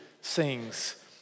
sings